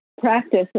practice